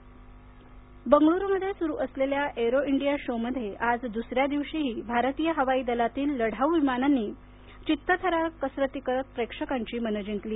arrow India बंगळूरूमध्ये सुरू असलेल्या एरो इंडिया शो मध्ये आज दुसऱ्या दिवशीही भारतीय हवाई दलातील लढाऊ विमानांनी चित्तथरारक कसरती करत प्रेक्षकांची मनं जिंकली